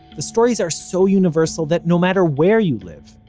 the stories are so universal that no matter where you live,